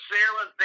Sarah